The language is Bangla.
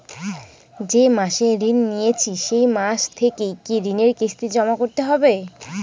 যে মাসে ঋণ নিয়েছি সেই মাস থেকেই কি ঋণের কিস্তি জমা করতে হবে?